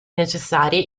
necessari